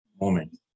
moment